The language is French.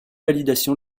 validation